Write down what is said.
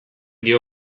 dio